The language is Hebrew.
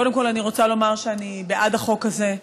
קודם כול אני רוצה לומר שאני בעד החוק הזה.